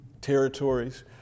territories